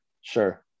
Sure